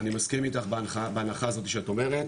אני מסכים איתך בהנחה הזאת שאת אומרת,